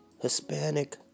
Hispanic